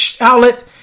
outlet